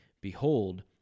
Behold